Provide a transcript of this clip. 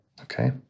Okay